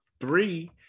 Three